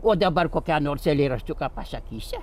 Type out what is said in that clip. o dabar kokią nors eilėraštuką pasakysi